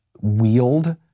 wield